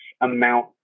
amount